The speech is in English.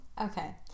Okay